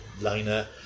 liner